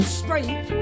straight